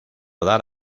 dar